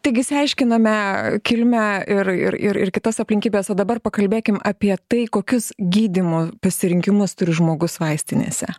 taigi išsiaiškiname kilmę ir ir ir ir kitas aplinkybes o dabar pakalbėkim apie tai kokius gydymo pasirinkimus turi žmogus vaistinėse